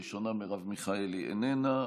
ראשונה, מרב מיכאלי, איננה.